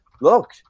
look